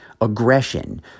aggression